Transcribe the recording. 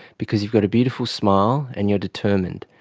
because you've got a beautiful smile and you are determined.